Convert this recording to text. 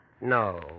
No